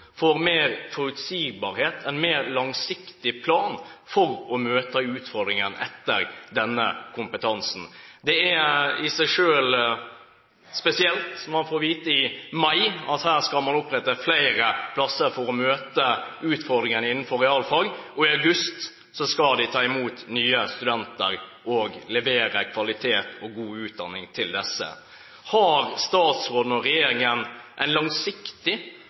for mer forutsigbarhet, en mer langsiktig plan for å møte etterspørselen etter denne kompetansen. Det er i seg selv spesielt når man får vite i mai at her skal man opprette flere plasser for å møte utfordringene innenfor realfag, og i august skal man ta imot nye studenter og levere kvalitet og god utdanning til disse. Har statsråden og regjeringen en langsiktig